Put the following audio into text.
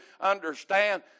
understand